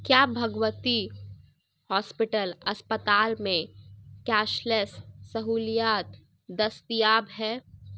کیا بھگوتی ہاسپٹل اسپتال میں کیش لیس سہولیات دستیاب ہے